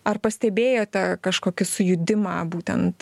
ar pastebėjote kažkokį sujudimą būtent